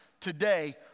today